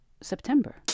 September